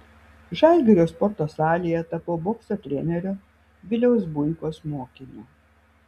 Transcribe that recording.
žalgirio sporto salėje tapau bokso trenerio viliaus buikos mokiniu